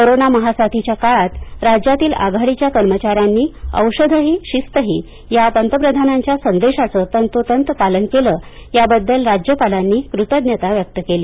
corona महासाथीच्या काळात राज्यातील आघाडीच्या कर्मचाऱ्यांनी औषधही शिस्तही या पंतप्रधानांच्या संदेशाचं तंतोतंत पालन केलं याबद्दल राज्यपालांनी कृतज्ञता व्यक्त केली